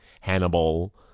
Hannibal